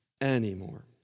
anymore